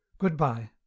Goodbye